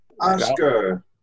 Oscar